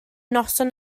noson